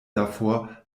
davor